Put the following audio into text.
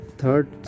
third